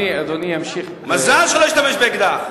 מזל שלא השתמש באקדח.